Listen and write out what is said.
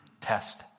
test